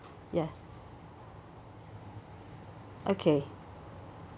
ya okay